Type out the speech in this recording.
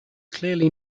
clearly